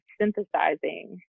synthesizing